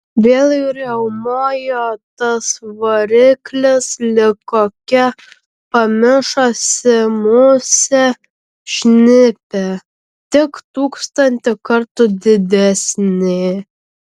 vėl riaumojo tas variklis lyg kokia pamišusi musė šnipė tik tūkstantį kartų didesnė